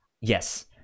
Yes